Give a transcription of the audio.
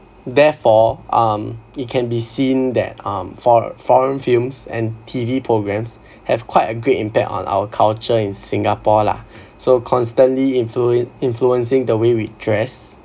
therefore um it can be seen that um for~ foreign films and T_V programmes have quite a great impact on our culture in singapore lah so constantly influen~ influencing the way we dress